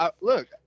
Look